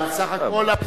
אבל בסך הכול הבשורה היא,